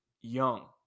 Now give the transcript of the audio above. young